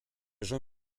jean